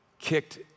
Kicked